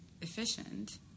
efficient